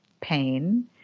pain